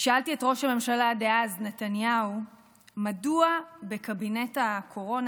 שאלתי את ראש הממשלה דאז נתניהו מדוע בקבינט הקורונה